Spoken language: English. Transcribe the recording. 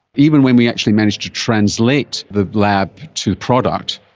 even when we actually managed to translate the lab to product,